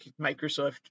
microsoft